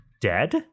dead